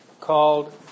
called